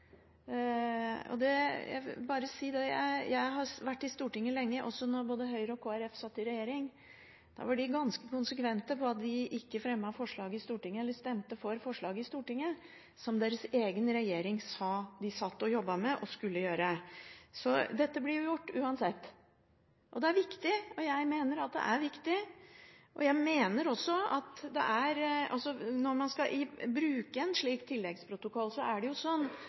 blir gjort. Jeg vil bare si det. Jeg har vært i Stortinget lenge, også da både Høyre og Kristelig Folkeparti satt i regjering. Da var de ganske konsekvente i Stortinget, de fremmet ikke eller stemte for forslag som deres egen regjering sa de satt og jobbet med og skulle gjennomføre. Så dette blir gjort – uansett. Jeg mener at det er viktig. Jeg mener også at når man skal bruke en slik tilleggsprotokoll, er man nødt til å utnytte eller utprøve alt med hensyn til norske klagemuligheter og til å bruke alle rettsinstansene før man kan komme fram til en slik ordning. Det